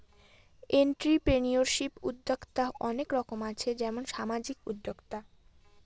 entrepreneurship উদ্যক্তা অনেক রকম আছে যেমন সামাজিক উদ্যোক্তা